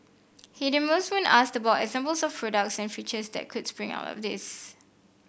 he demurs when asked about examples of products and features that could spring out of this